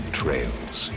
trails